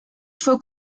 fue